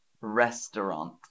restaurant